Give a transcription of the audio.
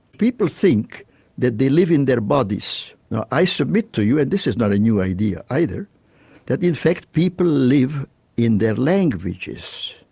people think that they live in their bodies. now i submit to you and this is not a new idea either that in fact people live in their languages,